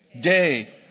day